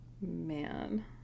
Man